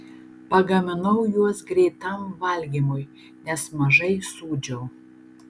pagaminau juos greitam valgymui nes mažai sūdžiau